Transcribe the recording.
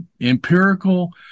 empirical